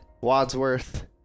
Wadsworth